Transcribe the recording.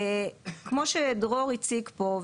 כמו שדרור הציג פה,